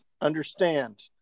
Understand